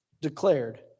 declared